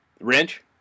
wrench